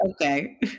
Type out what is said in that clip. okay